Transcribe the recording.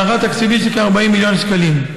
בהערכה תקציבית של כ-40 מיליון שקלים.